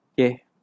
Okay